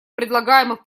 предлагаемых